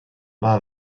war